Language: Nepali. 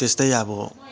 त्यस्तै अब